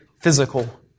physical